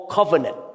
Covenant